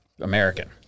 American